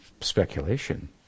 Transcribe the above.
speculation